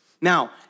Now